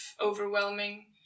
overwhelming